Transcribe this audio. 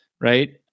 Right